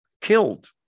killed